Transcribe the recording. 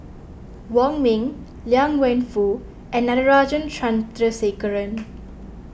Wong Ming Liang Wenfu and Natarajan Chandrasekaran